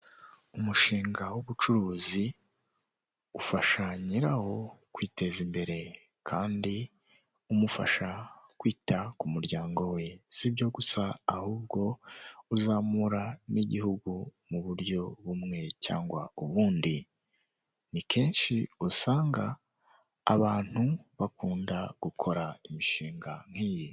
Umushinga w'ubucuruzi ufasha nyiwo kwiteza imbere kandi umufasha kwita ku muryango we, si byo gusa ahubwo uzamura n'igihugu mu buryo bumwe cyangwa ubundi, ni kenshi usanga abantu bakunda gukora imishinga nk'iyi.